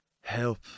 help